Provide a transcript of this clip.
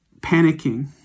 panicking